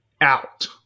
out